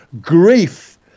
grief